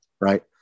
right